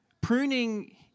pruning